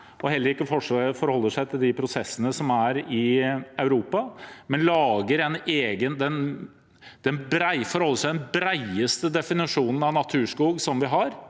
og heller ikke forholder seg til de prosessene som er i Europa, men forholder seg til den bredeste definisjonen av naturskog vi har,